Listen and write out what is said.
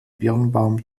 birnbaum